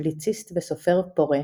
פובליציסט וסופר פורה,